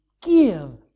give